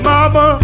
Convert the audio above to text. Mama